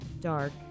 dark